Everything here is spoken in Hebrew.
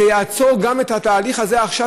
זה יעצור גם את התהליך הזה עכשיו,